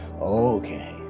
Okay